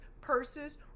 purses